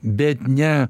bet ne